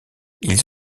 ils